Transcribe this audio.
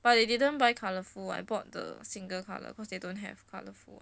but they didn't buy colourful I bought the single colour cause they don't have colourful